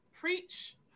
Preach